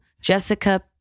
Jessica